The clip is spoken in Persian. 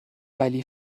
ولی